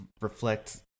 reflect